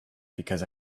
because